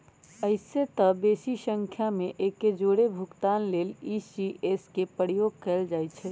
अइसेए तऽ बेशी संख्या में एके जौरे भुगतान लेल इ.सी.एस के प्रयोग कएल जाइ छइ